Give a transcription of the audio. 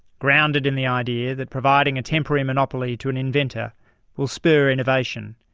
grounded in the idea that providing a temporary monopoly to an inventor will spur innovation,